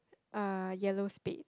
uh yellow spade